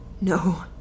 No